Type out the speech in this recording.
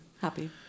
happy